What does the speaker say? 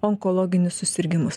onkologinius susirgimus